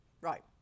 Right